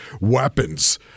weapons